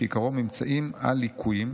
שעיקרו ממצאים על ליקויים,